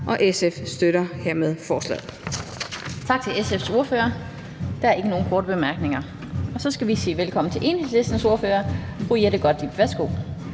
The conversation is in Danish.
(Annette Lind): Tak til SF's ordfører. Der er ikke nogen korte bemærkninger. Og så skal vi sige velkommen til Enhedslistens ordfører, fru Jette Gottlieb. Værsgo.